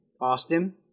Austin